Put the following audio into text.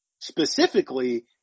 specifically